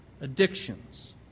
addictions